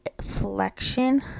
flexion